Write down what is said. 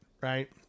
right